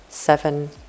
seven